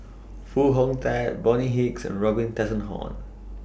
Foo Hong Tatt Bonny Hicks and Robin Tessensohn